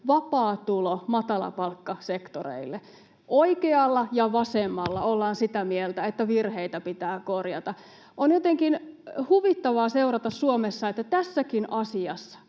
vapaa tulo matalapalkkasektoreille. Oikealla ja vasemmalla ollaan sitä mieltä, että virheitä pitää korjata. On jotenkin huvittavaa seurata Suomessa, että tässäkin asiassa